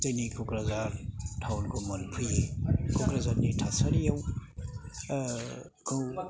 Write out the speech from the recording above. जोंनि क'क्राझार टाउनखौ मोनफैयो क'क्राझारनि थासारि खौ